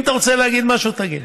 אם אתה רוצה להגיד משהו, תגיד.